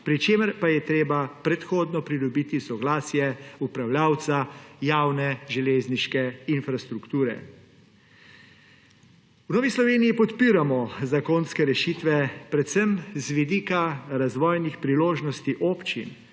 pri čemer pa je treba predhodno pridobiti soglasje upravljavca javne železniške infrastrukture. V Novi Sloveniji podpiramo zakonske rešitve predvsem z vidika razvojnih priložnosti občin,